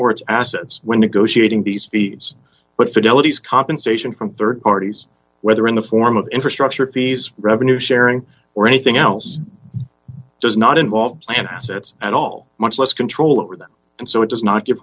or its assets when negotiating these feeds what fidelity is compensation from rd parties whether in the form of infrastructure fees revenue sharing or anything else does not involve planned assets at all much less control over them and so it does not g